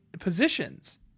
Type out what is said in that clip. positions